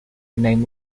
name